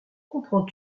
comprends